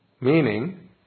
meaning